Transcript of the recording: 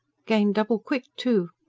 gained double-quick, too.